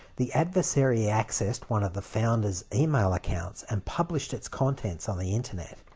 the adversary accessed one of the founder's email accounts and published its contents on the internet.